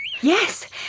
Yes